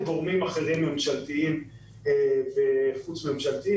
מי שאחראי אלה גורמים ממשלתיים וחוץ וממשלתיים.